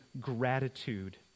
gratitude